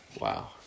wow